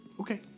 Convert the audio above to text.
Okay